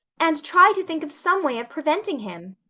and try to think of some way of preventing him.